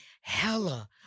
hella